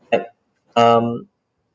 um